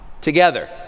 together